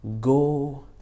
Go